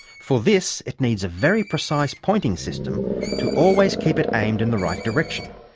for this it needs a very precise pointing system to always keep it aimed in the right direction.